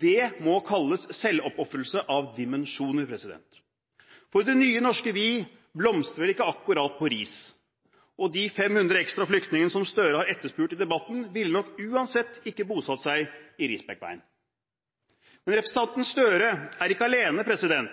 Det må kalles selvoppofrelse av dimensjoner – for Det nye norske vi blomstrer vel ikke akkurat på Ris. Og de 500 ekstra flyktningene som Støre har etterspurt i debatten, ville nok uansett ikke bosatt seg i Risbekkveien. Men representanten Støre er ikke alene.